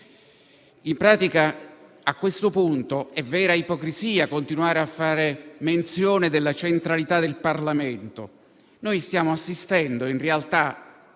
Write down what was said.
In pratica, a questo punto, è vera ipocrisia continuare a fare menzione della centralità del Parlamento. Noi stiamo assistendo, in realtà,